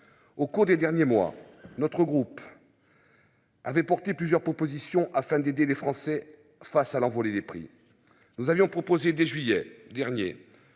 Au cours des derniers mois notre groupe. Avait porté plusieurs propositions afin d'aider les Français face à l'envolée des prix. Nous avions proposé dès juillet dernier,